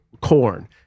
corn